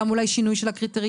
גם אולי שינוי של הקריטריונים,